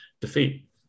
defeat